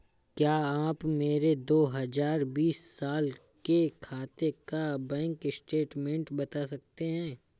क्या आप मेरे दो हजार बीस साल के खाते का बैंक स्टेटमेंट बता सकते हैं?